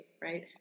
right